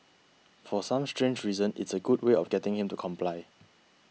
for some strange reason it's a good way of getting him to comply